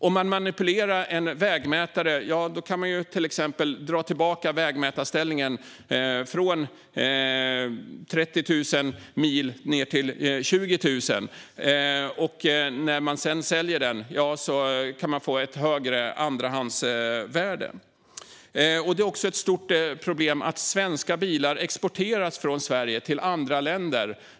Om man manipulerar en vägmätare kan man till exempel dra tillbaka ställningen från 30 000 mil ned till 20 000, och när man sedan säljer bilen kan man få ett högre andrahandspris. Det här blir också ett stort problem när svenska bilar exporteras från Sverige till andra länder.